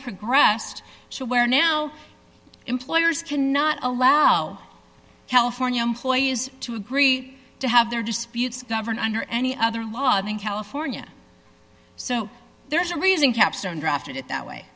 progressed so where now employers cannot allow california employees to agree to have their disputes govern under any other law in california so there's a reason capstone drafted it that way